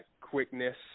quickness